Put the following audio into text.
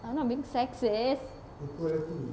I'm not being sexist